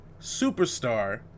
superstar